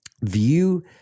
View